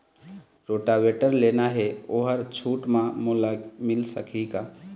Rotavator लेना हे ओहर छूट म मोला मिल सकही का?